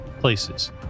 places